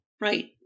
Right